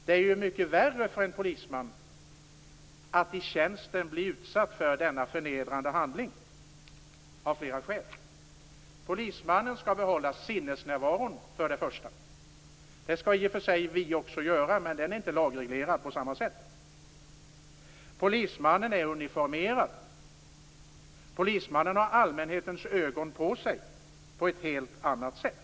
Det är ju mycket värre för en polisman att i tjänsten bli utsatt för denna förnedrande handling av flera skäl. Polismannen skall behålla sinnesnärvaron för det första. Det skall i och för sig vi också göra, men det är inte lagreglerat på samma sätt. Polismannen är uniformerad. Polismannen har allmänhetens ögon på sig på ett helt annat sätt.